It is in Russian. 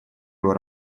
его